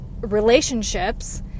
relationships